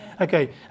Okay